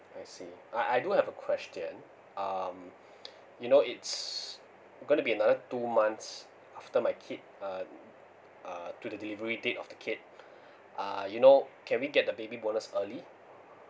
I see I I do have a question um you know it's gonna be another two months after my kid uh uh to the delivery date of the kid uh you know can we get the baby bonus early